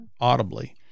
audibly